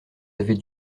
avez